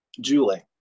Julie